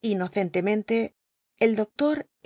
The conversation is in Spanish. inoccnlemcntc el doctol